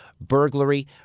burglary